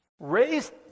Raised